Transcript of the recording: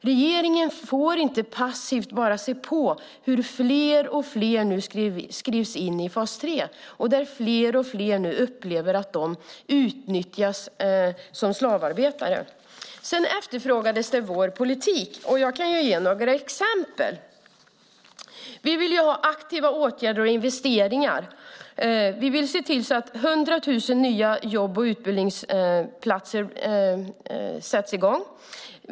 Regeringen får inte bara passivt se på när fler och fler nu skrivs in i fas 3, där fler och fler upplever att de utnyttjas som slavarbetare. Sedan efterfrågades vår politik. Jag kan ge några exempel. Vi vill ha aktiva åtgärder och investeringar. Vi vill se till att 100 000 nya jobb och utbildningsplatser skapas.